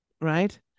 right